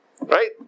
Right